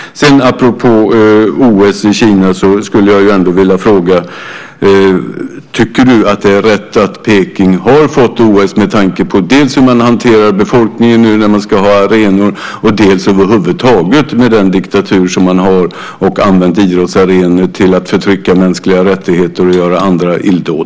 Sedan skulle jag apropå OS i Kina vilja fråga: Tycker du att det är rätt att Beijing har fått OS med tanke på dels hur man hanterar befolkningen nu när man ska ha arenor, dels över huvud taget den diktatur som har använt idrottsarenor till att undertrycka mänskliga rättigheter och göra andra illdåd?